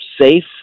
safe